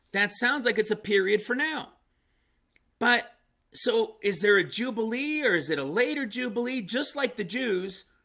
that sounds like it's a period for now but so is there a jubilee or is it a later jubilee? just like the jews?